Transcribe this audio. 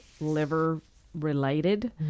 liver-related